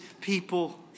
people